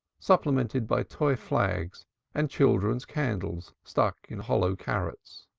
supplemented by toy flags and children's candles stuck in hollow carrots